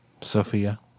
Sophia